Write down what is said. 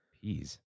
Peas